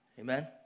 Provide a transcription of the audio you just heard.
Amen